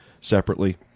separately